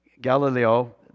Galileo